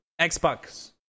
Xbox